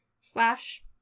slash